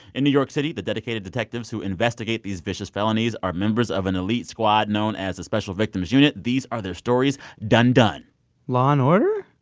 in new york city, the dedicated detectives who investigate these vicious felonies are members of an elite squad known as the special victims unit. these are their stories dun, dun law and order?